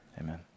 amen